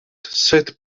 set